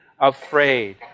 afraid